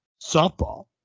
softball